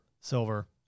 silver